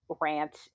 rant